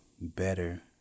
better